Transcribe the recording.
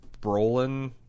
Brolin